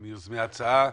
מיוזמי ההצעה,